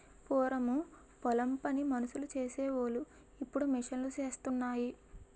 పూరము పొలం పని మనుసులు సేసి వోలు ఇప్పుడు మిషన్ లూసేత్తన్నాయి